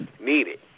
needed